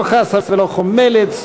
לא חסה ולא חומלת,